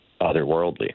otherworldly